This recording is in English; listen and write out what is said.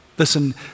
Listen